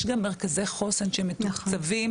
יש גם מרכזי חוסן שמתוקצבים,